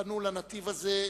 פנו לנתיב הזה,